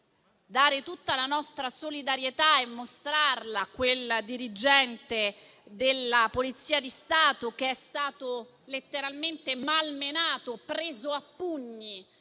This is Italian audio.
tutta la nostra solidarietà e mostrarla a quel dirigente della Polizia di Stato che è stato letteralmente malmenato e preso a pugni,